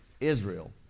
Israel